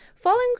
Following